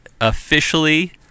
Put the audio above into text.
officially